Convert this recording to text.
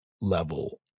level